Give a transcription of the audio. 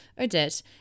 Odette